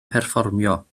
perfformio